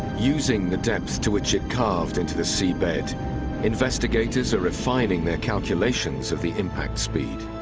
using the depth to which it carved into the seabed investigators are refining their calculations of the impact speed.